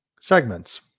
segments